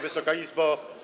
Wysoka Izbo!